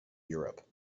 europe